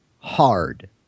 hard